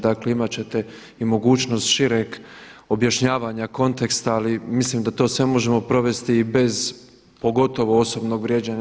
Dakle imati ćete i mogućnost šireg obješnjavanja konteksta ali mislim da to sve možemo provesti i bez, pogotovo osobnog vrijeđanja.